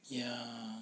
yeah